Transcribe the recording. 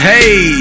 Hey